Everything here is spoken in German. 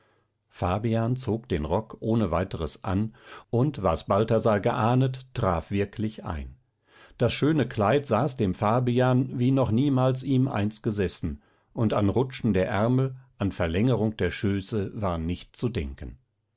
fabian zog den rock ohne weiteres an und was balthasar geahnet traf wirklich ein das schöne kleid saß dem fabian wie noch niemals ihm eins gesessen und an rutschen der ärmel an verlängerung der schöße war nicht zu denken